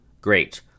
Great